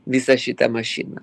visą šitą mašiną